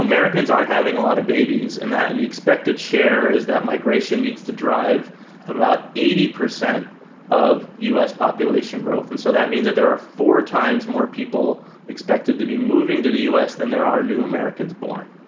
americans aren't having a lot of babies and and the expected share is that migration needs to drive about eighty percent of us population growth. and so that means that there are four times more people expected to be moving to the us than there are new americans born.